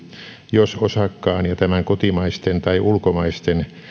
jos osakkaan ja tämän kotimaisten tai ulkomaisten